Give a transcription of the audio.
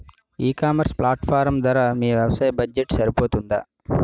ఈ ecommerce platform ధర మీ వ్యవసాయ బడ్జెట్ సరిపోతుందా?